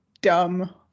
dumb